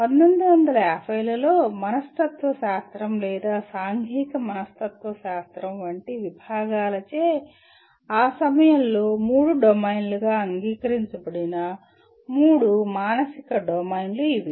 1950 లలో మనస్తత్వశాస్త్రం లేదా సాంఘిక మనస్తత్వశాస్త్రం వంటి విభాగాలచే ఆ సమయంలో మూడు డొమైన్లుగా అంగీకరించబడిన మూడు మానసిక డొమైన్లు ఇవి